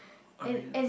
original